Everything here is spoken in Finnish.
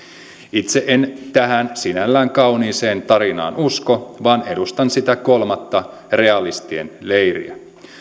itse en tähän sinällään kauniiseen tarinaan usko vaan edustan sitä kolmatta realistien leiriä